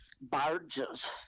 barges